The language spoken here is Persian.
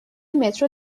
مترو